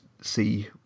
see